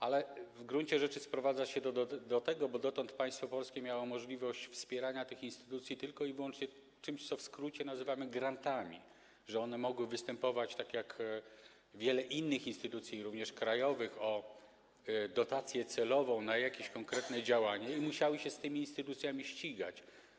Ale w gruncie rzeczy sprowadza się to do tego - bo dotąd państwo polskie miało możliwość wspierania tych instytucji tylko i wyłącznie czymś, co w skrócie nazywany grantami - że one mogły występować tak jak wiele innych instytucji, również krajowych, o dotację celową na jakieś konkretne działanie i musiały się z tymi instytucjami ścigać.